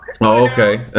okay